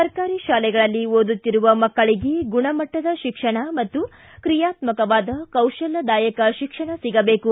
ಸರ್ಕಾರಿ ಶಾಲೆಗಳಲ್ಲಿ ಓದುತ್ತಿರುವ ಮಕ್ಕಳಿಗೆ ಗುಣಮಟ್ಟದ ಶಿಕ್ಷಣ ಮತ್ತು ಕ್ರೀಯಾತ್ಸವಾದ ಕೌಶಲ್ಯದಾಯಕ ಶಿಕ್ಷಣ ಸಿಗಬೇಕು